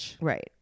Right